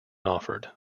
offered